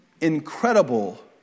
incredible